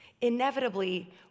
inevitably